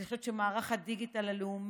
אני חושבת שמערך הדיגיטל הלאומי,